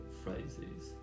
phrases